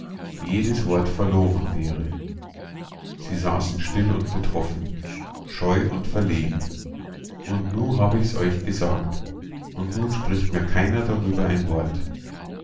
jedes wort verloren wäre sie saßen still und betroffen scheu und verlegen und nu hab ich's euch gesagt und nun spricht mir keiner darüber ein wort